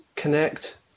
Connect